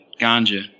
ganja